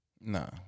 No